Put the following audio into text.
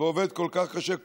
ועובד כל כך קשה,